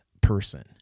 person